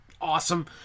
awesome